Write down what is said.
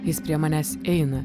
jis prie manęs eina